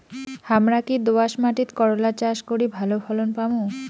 হামরা কি দোয়াস মাতিট করলা চাষ করি ভালো ফলন পামু?